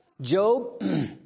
Job